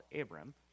Abram